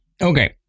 Okay